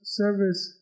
service